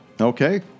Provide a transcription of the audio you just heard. Okay